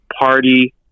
party